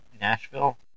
Nashville